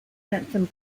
anthem